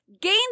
gain